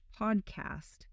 podcast